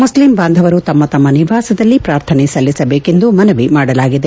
Muslim ಬಾಂಧವರು ತಮ್ಮ ತಮ್ಮ ನಿವಾಸದಲ್ಲಿ ಪಾರ್ಥನೆ ಸಲ್ಲಿಸಬೇಕು ಎಂದು ಮನವಿ ಮಾಡಲಾಗಿದೆ